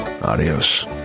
Adios